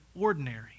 ordinary